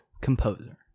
composer